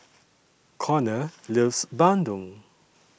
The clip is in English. Conner loves Bandung